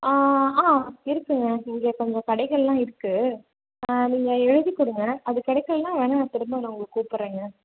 ஆ இருக்குங்க இங்கே கொஞ்சம் கடைகள் எல்லாம் இருக்கு நீங்கள் எழுதிக்கொடுங்க அது கிடைக்கலன்னா வேணா திரும்ப நான் உங்களுக்கு கூப்பிறங்க